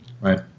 Right